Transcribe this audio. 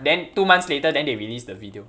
then two months later then they release the video